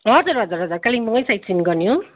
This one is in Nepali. हजुर हजुर हजुर कालिम्पोङमै साइटसिन गर्ने हो